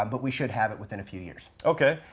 um but we should have it within a few years. ok,